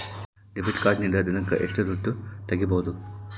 Debit ಕಾರ್ಡಿನಿಂದ ದಿನಕ್ಕ ಎಷ್ಟು ದುಡ್ಡು ತಗಿಬಹುದು?